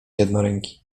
jednoręki